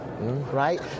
Right